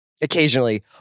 occasionally